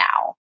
now